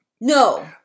No